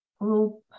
group